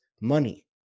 money